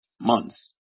Months